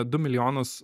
du milijonus